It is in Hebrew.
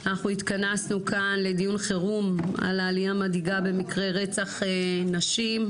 אנחנו התכנסנו כאן לדיון חירום על העלייה המדאיגה במקרי רצח נשים,